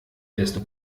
desto